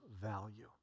value